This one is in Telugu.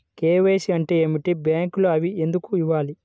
కే.వై.సి అంటే ఏమిటి? బ్యాంకులో అవి ఎందుకు ఇవ్వాలి?